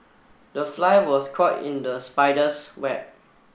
the fly was caught in the spider's web